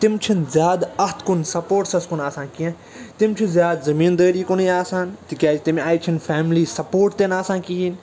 تِم چھِنہٕ زیادٕ اَتھ کُن سَپوٹسَس کُن آسان کیٚنہہ تِم چھِ زیادٕ زٔمیٖندٲری کُنُے آسان تِکیازِ تَمہِ آیہِ چھِنہٕ فٮ۪ملی سَپوٹ تہِ نہٕ آسان کِہیٖنۍ